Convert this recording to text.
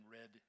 red